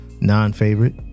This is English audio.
non-favorite